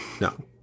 No